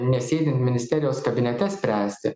nesėdint ministerijos kabinete spręsti